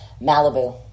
Malibu